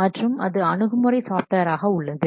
மற்றும் அது அணுகுமுறை சாஃப்ட்வேர் ஆக உள்ளது